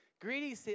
Greedy